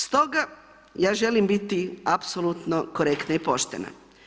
Stoga, ja želim biti apsolutno korektna i poštena.